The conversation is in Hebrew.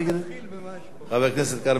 חבר הכנסת כרמל שאמה,